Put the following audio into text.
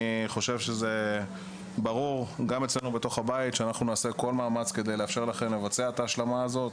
זה ברור גם אצלנו בבית שנעשה כל מאמץ כדי לאפשר לכם לבצע את ההשלמה הזאת